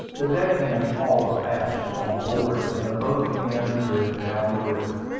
the deckhands hauled the fasts on board, and the boat began to drift down the river.